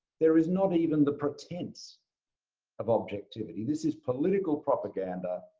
there is not even the pretense of objectivity. this is political propaganda.